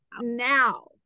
now